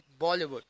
Bollywood